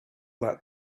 that